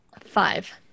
Five